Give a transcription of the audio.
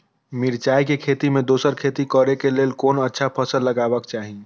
मिरचाई के खेती मे दोसर खेती करे क लेल कोन अच्छा फसल लगवाक चाहिँ?